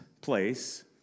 place